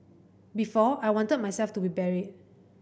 before I wanted myself to be buried